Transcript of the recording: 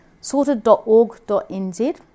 Sorted.org.nz